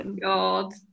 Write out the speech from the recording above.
God